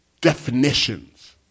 definitions